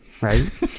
right